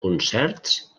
concerts